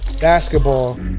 basketball